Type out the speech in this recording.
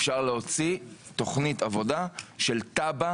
אפשר להוציא תוכנית עבודה של תב"ע,